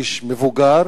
איש מבוגר,